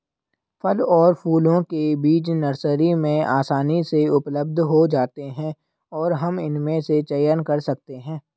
फल और फूलों के बीज नर्सरी में आसानी से उपलब्ध हो जाते हैं और हम इनमें से चयन कर सकते हैं